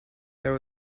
there